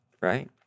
right